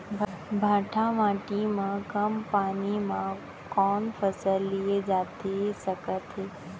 भांठा माटी मा कम पानी मा कौन फसल लिए जाथे सकत हे?